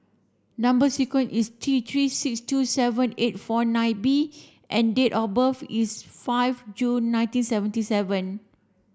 number sequence is T three six two seven eight four nine B and date of birth is five June nineteen seventy seven